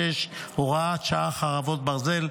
66, הוראת שעה, חרבות ברזל)